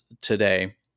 today